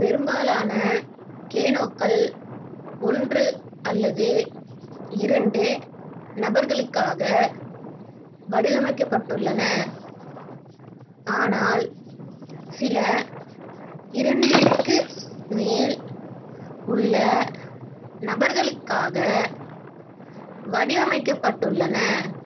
பெரும்பாலான கேனோக்கள் ஒன்று அல்லது இரண்டு நபர்களுக்காக வடிவமைக்கப்பட்டுள்ளன ஆனால் சில இரண்டிற்கு மேல் உள்ள நபர்களுக்காக வடிவமைக்கப்பட்டுள்ளன